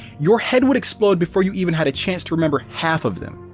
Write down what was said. your head would explode before you even had a chance to remember half of them.